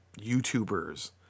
YouTubers